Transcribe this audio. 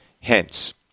hence